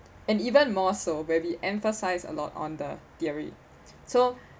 and even more so maybe emphasize a lot on the theory so